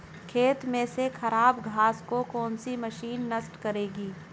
खेत में से खराब घास को कौन सी मशीन नष्ट करेगी?